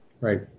Right